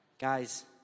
Guys